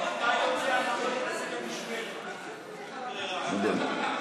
(חבר הכנסת מיקי לוי יוצא מאולם המליאה.)